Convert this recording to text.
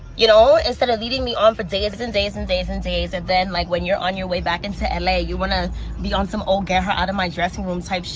you know, instead of leading me on for days and days and days and days and then, like, when you're on your way back into la you want to be on some old, get her out of my dressing room type sh